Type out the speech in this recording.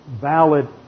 valid